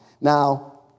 Now